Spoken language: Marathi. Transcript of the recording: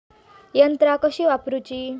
यंत्रा कशी वापरूची?